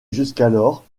jusqu’alors